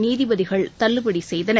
நீதிபதிகள் தள்ளுபடி செய்தனர்